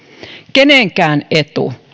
kenenkään etu